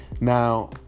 now